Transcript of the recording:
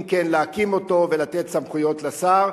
אם כן, להקים אותו ולתת סמכויות לשר.